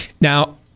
Now